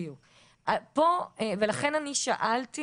לכן אני שאלתי